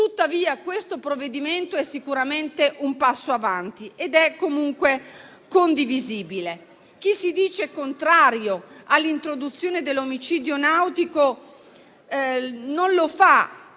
tuttavia questo provvedimento è sicuramente un passo avanti ed è comunque condivisibile. Chi si dice contrario all'introduzione dell'omicidio nautico solitamente